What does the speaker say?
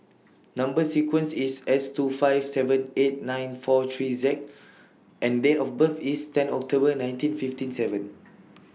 Number sequence IS S two five seven eight nine four three Z and Date of birth IS ten October nineteen fifty seven